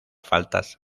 faltas